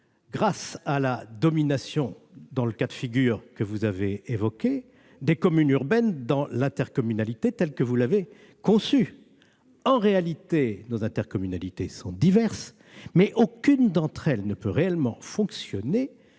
grâce à la domination, dans le cas de figure que vous avez évoqué, des communes urbaines, dans l'intercommunalité telle que vous l'avez conçue. En réalité, nos intercommunalités sont diverses, mais aucune d'entre elles ne peut réellement fonctionner